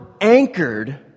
anchored